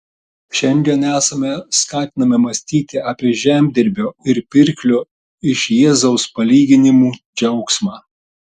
šiandien esame skatinami mąstyti apie žemdirbio ir pirklio iš jėzaus palyginimų džiaugsmą